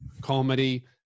comedy